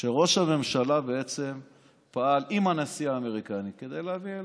שראש הממשלה בעצם פעל עם הנשיא האמריקני כדי להביא אלינו.